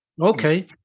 Okay